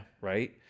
Right